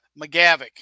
McGavick